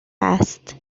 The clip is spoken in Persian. است